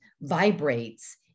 vibrates